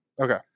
okay